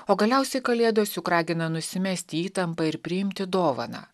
o galiausiai kalėdos juk ragina nusimesti įtampą ir priimti dovaną